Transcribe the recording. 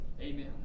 Amen